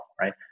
right